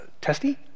testy